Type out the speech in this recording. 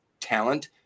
talent